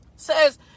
Says